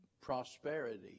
prosperity